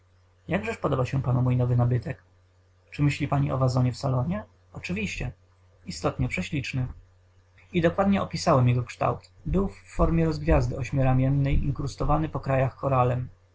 jakżeż podoba się panu mój nowy nabytek czy myśli pani o wazonie w salonie oczywiście istotnie prześliczny i dokładnie opisałem jego kształt był w formie rozgwiazdy ośmioramiennej inkrustowany po krajach koralem